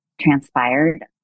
transpired